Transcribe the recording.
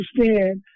understand